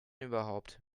überhaupt